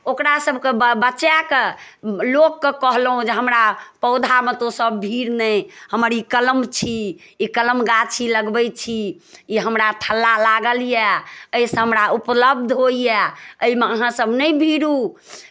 ओकरासभके ब् बचा कऽ लोककेँ कहलहुँ जे हमरा पौधामे तोँसभ भीर नहि हमर ई कलम छी ई कलम गाछी लगबै छी ई हमरा फल्लाँ लागल यए एहिसँ हमरा उपलब्ध होइए एहिमे अहाँसभ नहि भीरू